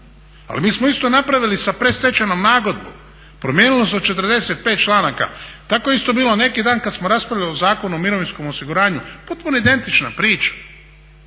Ali mi smo isto napravili sa predstečajnom nagodbom, promijenilo se 45. članaka. Tako je bilo isto neki dan kad smo raspravljali o Zakonu o mirovinskom osiguranju potpuno identična priča.